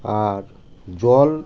আর জল